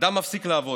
אדם מפסיק לעבוד,